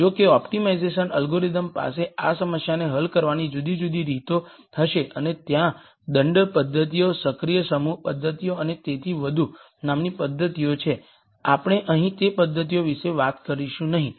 જો કે optimisation algorithms પાસે આ સમસ્યાને હલ કરવાની જુદી જુદી રીતો હશે અને ત્યાં દંડ પદ્ધતિઓ સક્રિય સમૂહ પદ્ધતિઓ અને તેથી વધુ નામની પદ્ધતિઓ છે આપણે અહીં તે પદ્ધતિઓ વિશે વાત કરીશું નહીં